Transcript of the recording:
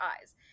eyes